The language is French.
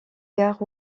gare